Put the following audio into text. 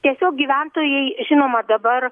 tiesiog gyventojai žinoma dabar